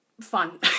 fun